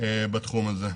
בתחום הזה.